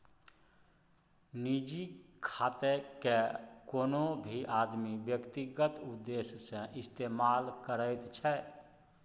निजी खातेकेँ कोनो भी आदमी व्यक्तिगत उद्देश्य सँ इस्तेमाल करैत छै